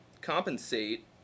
compensate